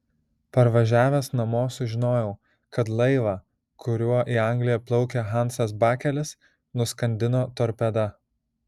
parvažiavęs namo sužinojau kad laivą kuriuo į angliją plaukė hansas bakelis nuskandino torpeda